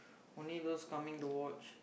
only those coming to watch